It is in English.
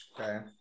Okay